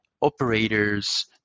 operators